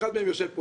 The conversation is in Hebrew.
אחד מהם יושב פה,